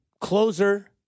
closer